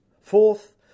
fourth